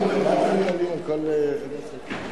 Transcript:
איזה הצעת חוק?